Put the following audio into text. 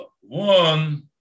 one